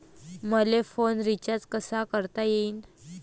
मले phone recharge कसा करता येईन?